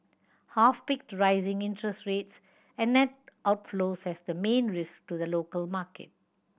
half picked rising interest rates and net outflows as the main risk to the local market